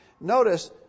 notice